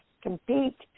Compete